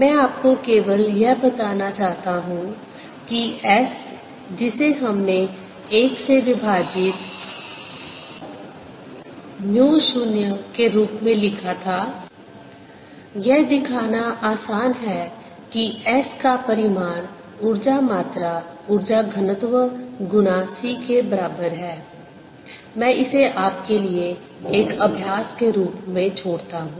मैं आपको केवल यह बताना चाहता हूं कि S जिसे हमने 1 से विभाजित म्यू 0 के रूप में लिखा था यह दिखाना आसान है कि S का परिमाण ऊर्जा मात्रा ऊर्जा घनत्व गुना c के बराबर है मैं इसे आपके लिए एक अभ्यास के रूप में छोड़ता हूं